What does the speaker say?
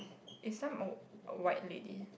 is some wh~ white lady